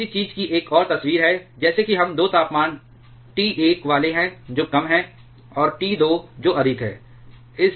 यह उसी चीज़ की एक और तस्वीर है जैसे कि हम 2 तापमान T 1 वाले हैं जो कम है और T 2 जो अधिक है